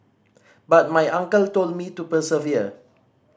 but my uncle told me to persevere